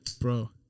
bro